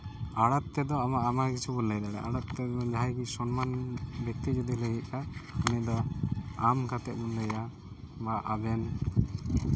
ᱟᱹᱲᱟᱹ ᱛᱮᱫᱚ ᱟᱵᱚ ᱟᱭᱢᱟ ᱠᱤᱪᱷᱩ ᱵᱚᱱ ᱞᱟᱹᱭ ᱫᱟᱲᱮᱭᱟᱜᱼᱟ ᱟᱹᱲᱟᱹ ᱛᱮᱫᱚ ᱡᱟᱦᱟᱸᱭ ᱜᱮ ᱥᱚᱱᱢᱟᱱ ᱵᱮᱠᱛᱤ ᱡᱩᱫᱤ ᱯᱟᱹᱭ ᱦᱩᱭᱩᱜ ᱠᱷᱟᱱ ᱩᱱᱤ ᱫᱚ ᱟᱢ ᱠᱟᱛᱮᱫ ᱵᱚᱱ ᱞᱟᱹᱭᱟ ᱵᱟ ᱟᱵᱮᱱ